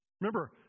Remember